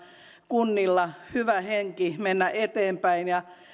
kunnilla hyvä henki mennä eteenpäin ja